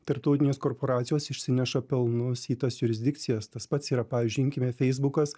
tarptautinės korporacijos išsineša pelnus į tas jurisdikcijas tas pats yra pavyzdžiui imkime feisbukas